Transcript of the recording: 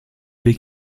baies